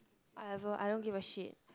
whatever I don't give a shit